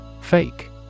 Fake